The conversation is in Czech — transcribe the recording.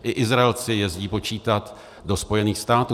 I Izraelci jezdí počítat do Spojených států.